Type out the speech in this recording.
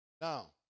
Now